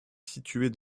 située